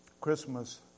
Christmas